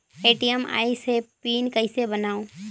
ATM आइस ह PIN कइसे बनाओ?